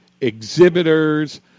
exhibitors